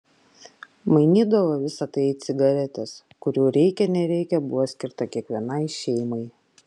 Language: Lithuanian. mainydavo visa tai į cigaretes kurių reikia nereikia buvo skirta kiekvienai šeimai